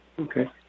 Okay